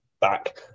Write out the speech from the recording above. back